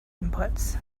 inputs